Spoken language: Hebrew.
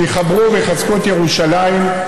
שיחברו ויחזקו את ירושלים,